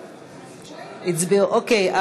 אוקיי,